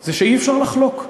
זה שאי-אפשר לחלוק.